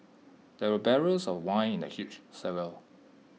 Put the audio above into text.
there were barrels of wine in the huge cellar